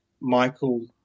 Michael